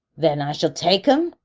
then i shall take em?